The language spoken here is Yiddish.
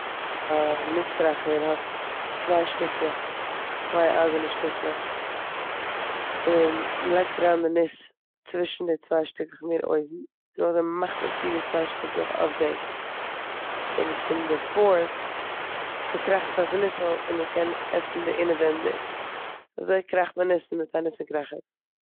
א ניס קראכער האט צוויי שטעקלעך, צוויי אייזענע שטיקלעך, אין מ'ליגט אריין די ניס צווישן די צוויי שטיקלעך מער אויבן, נאכדעם מאכט מען צו די צוויי שטיקלעך אויף דעם און פון די פארס צוקראכט זיך די ניסל און מ'קען עסן די אינעווענדיג. סאו אזוי קראכט מען ניסן מיט א ניסן קראכער.